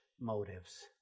motives